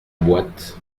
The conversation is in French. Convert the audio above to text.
boîte